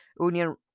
Union